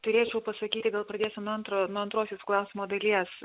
turėčiau pasakyti gal pradėsiu nuo antro nuo antros jūsų klausimo dalies